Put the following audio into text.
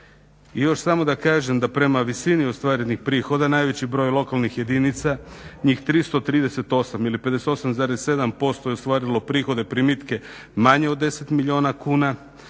I još samo da kažem da prema visini ostvarenih prihoda najveći broj lokalnih jedinica njih 338 ili 58,7% je ostvarilo prihode, primitke manje od 10 milijuna kuna,